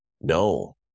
No